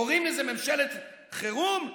קוראים לזה ממשלת חירום?